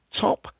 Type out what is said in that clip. Top